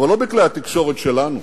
אבל לא בכלי התקשורת שלנו,